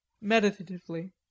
meditatively